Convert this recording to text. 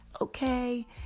Okay